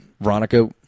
Veronica